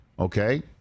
Okay